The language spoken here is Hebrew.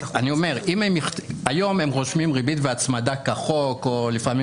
אני אומר שהיום הם רושמים ריבית והצמדה כחוק או לפעמים